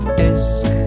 disc